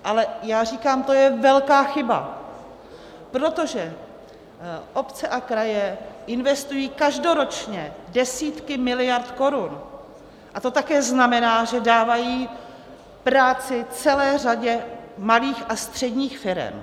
Ale já říkám, to je velká chyba, protože obce a kraje investují každoročně desítky miliard korun, a to také znamená, že dávají práci celé řadě malých a středních firem.